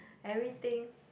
everything